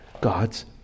God's